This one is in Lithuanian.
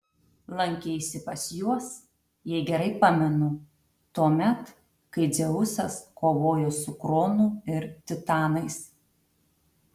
lankeisi pas juos jei gerai pamenu tuomet kai dzeusas kovojo su kronu ir titanais